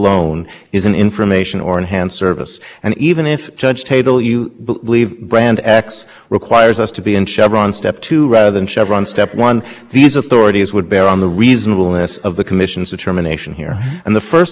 interactive computer services should be unfettered by federal regulation and specifically defined interactive computer services as any information service or system including specifically access to the internet so us isn't a section